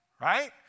right